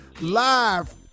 live